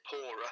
poorer